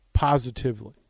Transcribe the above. positively